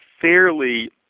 fairly